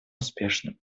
успешным